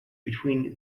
between